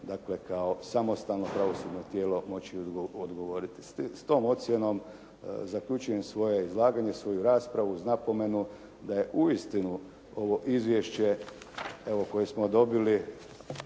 dakle kao samostalno pravosudno tijelo moći odgovoriti. S tom ocjenom zaključujem svoje izlaganje, svoju raspravu uz napomenu da je uistinu ovo izvješće, evo koje smo dobili